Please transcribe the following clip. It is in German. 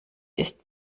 ist